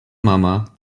mama